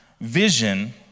Vision